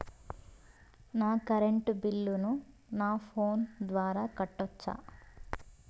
నా కరెంటు బిల్లును నా ఫోను ద్వారా కట్టొచ్చా?